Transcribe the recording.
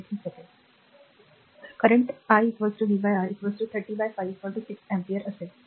तर current i v R 30 by 5 6 ampere असेल